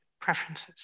preferences